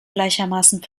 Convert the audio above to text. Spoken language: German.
gleichermaßen